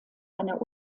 einer